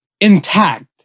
intact